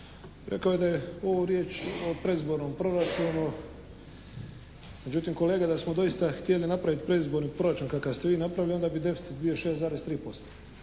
rekao je da je ovo riječ o predizbornom proračunu, međutim, kolega, da smo doista htjeli napraviti predizborni proračun kakav ste vi napravili onda bi deficit bio 6,3%